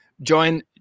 join